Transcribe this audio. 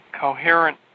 coherent